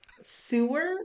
sewer